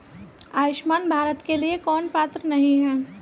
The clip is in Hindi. आयुष्मान भारत के लिए कौन पात्र नहीं है?